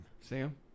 Sam